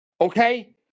okay